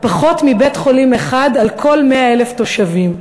פחות מבית-חולים אחד על כל 100,000 תושבים.